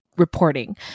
reporting